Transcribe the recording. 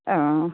অঁ